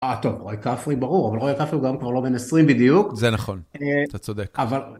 אהה טוב, רועי כפרי ברור. אבל רועי כפרי הוא גם כבר לא בן 20 בדיוק. זה נכון, אתה צודק. אבל...